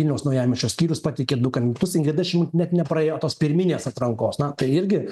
vilniaus naujamiesčio skyrius pateikė du kandidatus ingrida šimonytė net nepraėjo tos pirminės atrankos na tai irgi